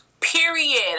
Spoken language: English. Period